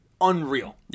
unreal